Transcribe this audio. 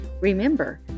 Remember